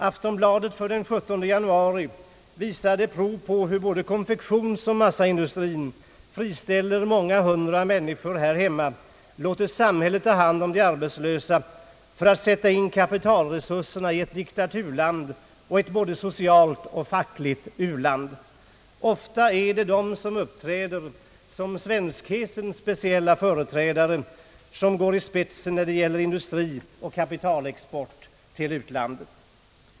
Aftonbladet för den 17 januari visade prov på hur både konfektionsoch massaindustrin friställer många hundra människor här hemma, låter samhället ta hand om de arbetslösa, för att sätta in kapitalresurserna i ett diktaturland och ett både socialt och fackligt u-land. Ofta är det de som uppträder som svenskhetens speciella företrädare som går i spetsen när det gäller industrioch kapitalexport till utlandet.